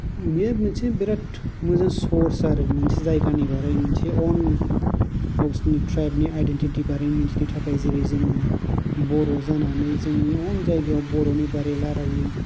बे मोनसे बिरात मोजां सर्स आरो मोनसे जायगानि बागै मोन्थियो अउन गावसोरनि त्रायब नि आयदेन्तिति बागै मोन्थिनो थाखाय जेरै जोङो बर' जानानै जोंनि अउन जायगायाव बर'नि बागै